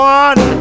one